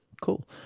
Cool